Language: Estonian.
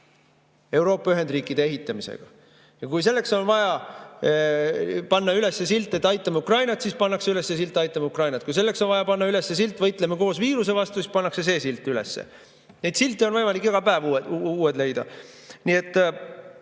Euroopa ühendriikide ehitamisega. Kui selleks on vaja panna üles silt, et aitame Ukrainat, siis pannakse üles silt "Aitame Ukrainat!". Kui selleks on vaja panna üles silt "Võitleme koos viiruse vastu!", siis pannakse see silt üles. Uusi silte on võimalik iga päev leida. Selle